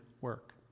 work